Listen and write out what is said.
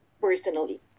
personally